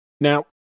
Now